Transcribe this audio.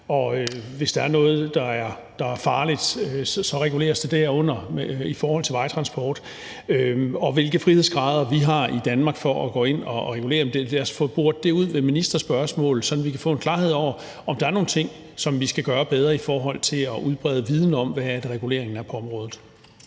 og hvis der er noget, der er farligt, så reguleres det derunder i forhold til vejtransport. I forhold til spørgsmålet om, hvilke frihedsgrader vi har i Danmark for at gå ind og regulere, vil jeg sige: Lad os få boret det ud med ministerspørgsmål, sådan at vi kan få en klarhed over, om der er nogle ting, som vi skal gøre bedre i forhold til at udbrede viden om, hvad reguleringen er på området.